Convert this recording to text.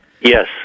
Yes